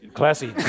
classy